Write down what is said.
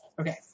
Okay